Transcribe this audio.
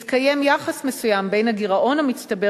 מתקיים יחס מסוים בין הגירעון המצטבר